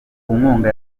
nkunga